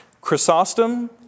Chrysostom